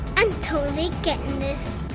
i'm totally gettin' this.